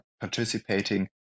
participating